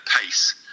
pace